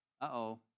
Uh-oh